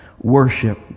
worship